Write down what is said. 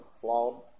flawed